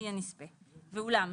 אחי הנספה); ואולם,